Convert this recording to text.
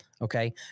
Okay